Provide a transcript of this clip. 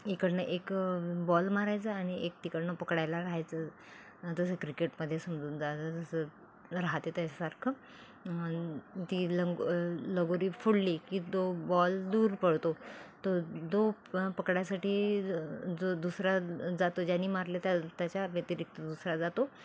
इकडून एक बॉल मारायचं आणि एक तिकडून पकडायला राहायचं जसं क्रिकेटमध्ये समजून जायचं जसं राहते त्याच्यासारखं ती लंग लगोरी फोडली की तो बॉल दूर पडतो तो दो पकडायसाठी ज जो दुसरा जातो ज्यांनी मारलं त्या त्याच्या व्यतिरिक्त दुसरा जातो